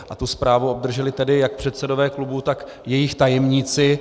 A tu zprávu obdrželi tedy jak předsedové klubů, tak jejich tajemníci.